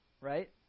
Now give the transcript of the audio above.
Right